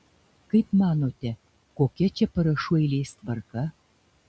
kaip manote kokia čia parašų eilės tvarka